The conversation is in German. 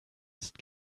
ist